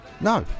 No